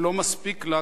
זה לא מספיק לה,